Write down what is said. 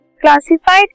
classified